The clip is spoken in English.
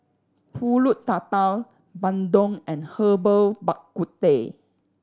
Pulut Tatal bandung and Herbal Bak Ku Teh